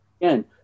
again